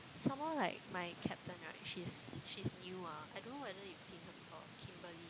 somemore like my captain right she's she's new ah I don't know whether you've seen her before Kimberly